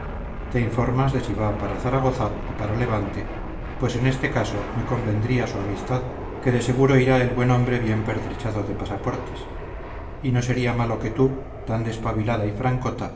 te informas de si va para zaragoza o para levante pues en este caso me convendría su amistad que de seguro irá el hombre bien pertrechado de pasaportes y no sería malo que tú tan despabilada y francota